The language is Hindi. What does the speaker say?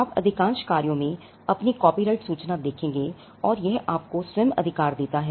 आप अधिकांश कार्यों पर अपनी कॉपीराइट सूचना देखेंगे और यह आपको स्वयं यह अधिकार देता है